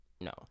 no